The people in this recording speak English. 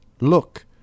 Look